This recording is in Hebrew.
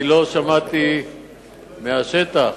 אני לא שמעתי מהשטח